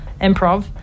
Improv